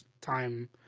time